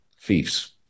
thieves